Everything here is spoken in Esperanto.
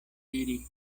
diri